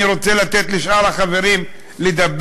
אני רוצה לתת לשאר החברים לדבר.